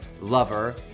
lover